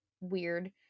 weird